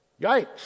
Yikes